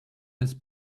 his